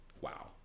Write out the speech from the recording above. Wow